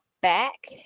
back